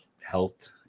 health